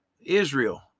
Israel